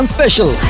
Special